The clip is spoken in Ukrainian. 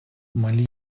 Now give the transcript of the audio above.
малі